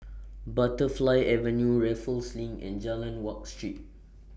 Butterfly Avenue Raffles LINK and Jalan Wak Street